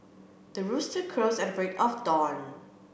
the rooster crows at the break of dawn